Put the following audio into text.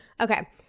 Okay